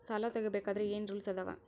ಸಾಲ ತಗೋ ಬೇಕಾದ್ರೆ ಏನ್ ರೂಲ್ಸ್ ಅದಾವ?